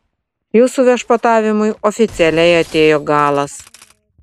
jūsų viešpatavimui oficialiai atėjo galas